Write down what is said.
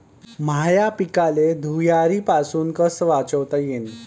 माह्या पिकाले धुयारीपासुन कस वाचवता येईन?